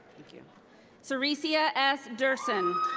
like yeah serecia s. durson.